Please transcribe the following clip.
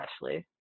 Ashley